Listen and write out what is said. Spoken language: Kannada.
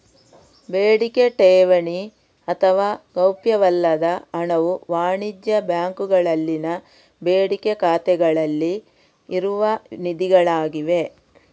ಬೇಡಿಕೆ ಠೇವಣಿ ಅಥವಾ ಗೌಪ್ಯವಲ್ಲದ ಹಣವು ವಾಣಿಜ್ಯ ಬ್ಯಾಂಕುಗಳಲ್ಲಿನ ಬೇಡಿಕೆ ಖಾತೆಗಳಲ್ಲಿ ಇರುವ ನಿಧಿಗಳಾಗಿವೆ